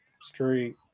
Street